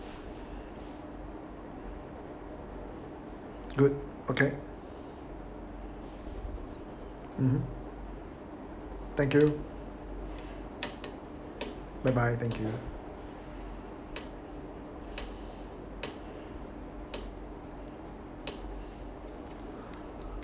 good okay mmhmm thank you bye bye thank you